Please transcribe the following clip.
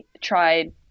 tried